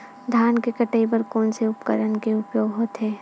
धान के कटाई बर कोन से उपकरण के उपयोग होथे?